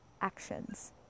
actions